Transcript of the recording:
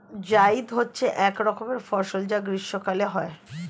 জায়িদ হচ্ছে এক রকমের ফসল যা গ্রীষ্মকালে হয়